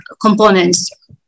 components